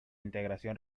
integración